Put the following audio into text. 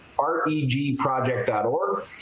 REGproject.org